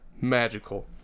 magical